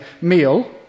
meal